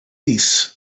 disse